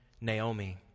Naomi